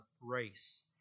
race